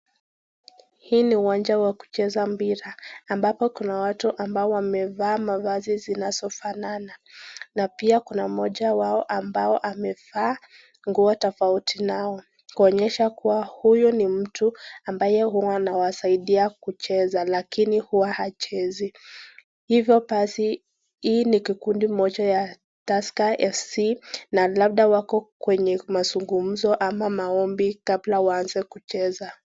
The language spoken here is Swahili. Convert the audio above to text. Hii ni uwanja wa kucheza mpira, ambapo kuna watu ambao wamevaa mavazi zinazofanana. Na pia kuna moja wao ambaye amevaa nguo tofauti nao, kuonyesha kuwa huyo ni mtu ambaye huwa anawasaidia kucheza, lakini huwa hachezi. hivo basi hii ni kikundi moja ya Tusker Fc na labda wako kwenye mazungumzo ama maombi kabla waaze kucheza.